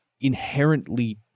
inherently